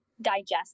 digest